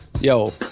Yo